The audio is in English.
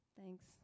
Thanks